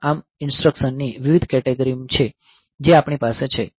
આ ARM ઇન્સટ્રકશનની વિવિધ કેટેગરી છે જે આપણી પાસે છે